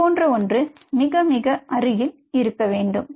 இது போன்ற ஒன்று மிக மிக மிக அருகில் இருக்க வேண்டும்